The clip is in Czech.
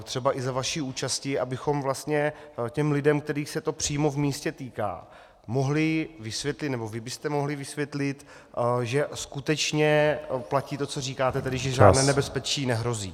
Třeba i za vaší účasti, abychom vlastně těm lidem, kterých se to přímo v místě týká, mohli vysvětlit, nebo vy byste mohli vysvětlit, že skutečně platí to, co říkáte, tedy že žádné nebezpečí nehrozí.